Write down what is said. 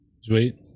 Sweet